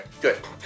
Good